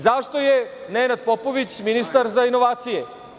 Zašto je Nenad Popović ministar za inovacije?